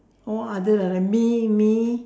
oh other ah mee mee